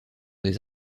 des